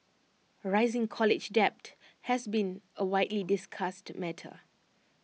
rising college debt has been A widely discussed matter